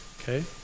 okay